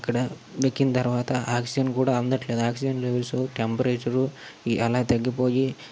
అక్కడ ఎక్కిన తర్వాత ఆక్సిజన్ కూడా అందట్లేదు ఆక్సిజన్ లెవెల్స్ టెంపరేచరు అలా తగ్గిపోయి